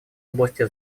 области